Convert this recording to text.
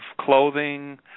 clothing